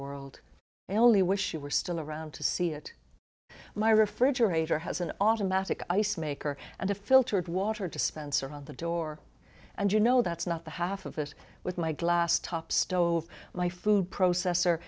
world only wish you were still around to see it my refrigerator has an automatic ice maker and a filtered water dispenser on the door and you know that's not the half of it with my glass top stove my food processor